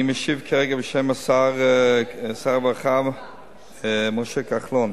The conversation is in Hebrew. אני משיב כרגע בשם שר הרווחה משה כחלון.